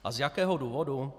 A z jakého důvodu?